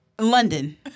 London